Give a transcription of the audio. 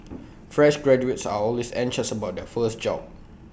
fresh graduates are always anxious about their first job